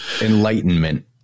Enlightenment